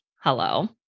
Hello